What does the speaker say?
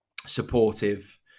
supportive